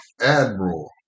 Admiral